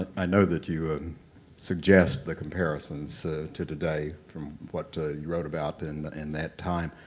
i know that you suggest the comparisons to today from what you wrote about in and that time.